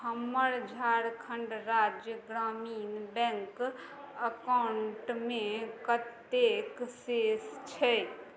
हमर झारखण्ड राज्य ग्रामीण बैंक अकाउंटमे कतेक शेष छै